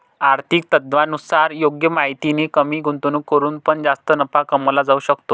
आर्थिक तज्ञांनुसार योग्य माहितीने कमी गुंतवणूक करून पण जास्त नफा कमवला जाऊ शकतो